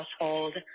household